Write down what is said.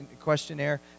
questionnaire